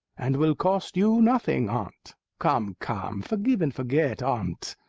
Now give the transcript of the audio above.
and will cost you nothing, aunt. come, come, forgive and forget, aunt.